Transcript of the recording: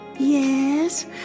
Yes